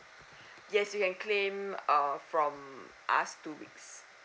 yes you can claim uh from us two weeks